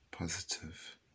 positive